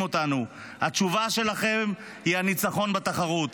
אותנו: התשובה שלכם היא הניצחון בתחרות.